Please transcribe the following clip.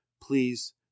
please